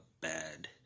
bad